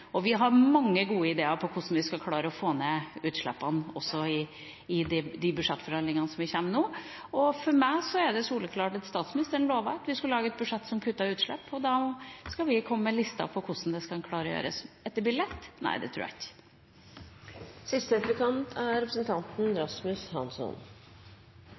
budsjettet. Vi har mange gode ideer om hvordan vi skal klare å få ned utslippene, også i de budsjettforhandlingene som kommer nå. For meg er det soleklart at statsministeren lovet at vi skulle lage et budsjett som kuttet utslipp, og da skal vi komme med en liste over hvordan vi skal klare å gjøre det. At det blir lett, tror jeg ikke. Venstre og Miljøpartiet De Grønne er